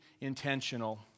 intentional